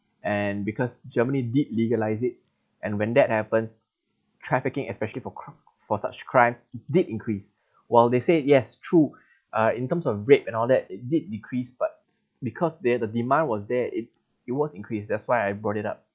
and because germany did legalise it and when that happens trafficking especially for cri~ for such crimes did increase while they say yes true uh in terms of rape and all that it did decrease but because there are the demand was that it it was increased that's why I brought it up